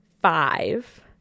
five